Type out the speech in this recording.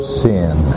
sin